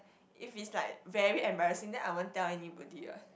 if it's like very embarrassing then I won't tell anybody ah